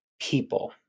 people